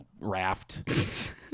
raft